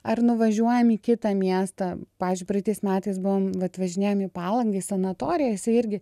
ar nuvažiuojam į kitą miestą pavyzdžiui praeitais metais buvom vat važinėjom į palangą į sanatoriją jisai irgi